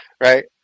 right